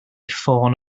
ffôn